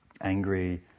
angry